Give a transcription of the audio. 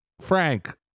Frank